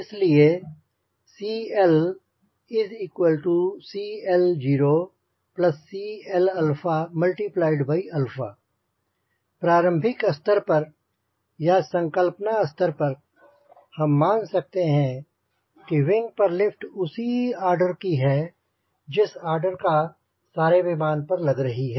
इसलिए CLCL0CL प्रारंभिक स्तर पर या संकल्पना स्तर पर हम मान सकते हैं कि विंग पर लिफ्ट उसी आर्डर की है जिस आर्डर का सारे विमान पर लग रही है